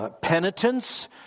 Penitence